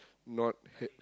not h~